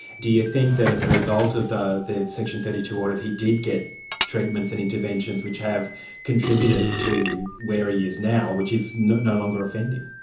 do you think that as a result of the the section thirty two orders, he did get treatments and interventions which have contributed to where he is now, which is no no longer offending?